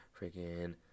Freaking